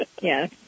Yes